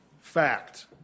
Fact